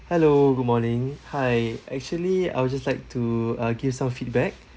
hello good morning hi actually I would just like to uh give some feedback